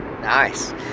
nice